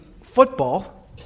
football